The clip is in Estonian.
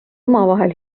omavahel